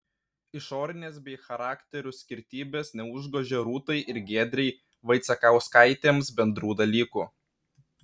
išorinės bei charakterių skirtybės neužgožia rūtai ir giedrei vaicekauskaitėms bendrų dalykų